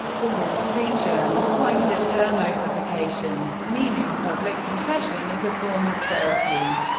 the wall street journal coined the term oprahfication, meaning public confession as a form of therapy.